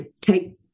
take